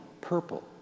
Purple